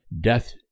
Death